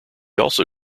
also